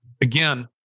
again